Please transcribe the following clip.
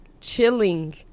chilling